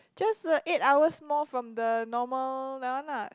just eight hours more from the normal that one lah